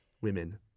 women